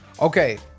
okay